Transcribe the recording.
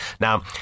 Now